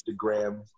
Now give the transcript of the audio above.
Instagram